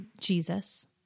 Jesus